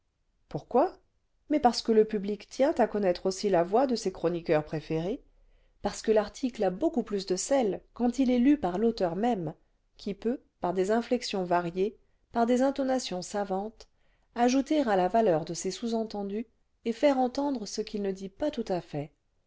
pourquoi mais parce que le public tient à connaître aussi la voix de ses chroniqueurs préférés parce que l'article a beaucoup plus de sel quand il est in par l'auteur même qui peut par des inflexions variées par des intonations savantes ajouter à la valeur de ses sous-entendus et faire entendre ce qu'il ne dit pas tout à fait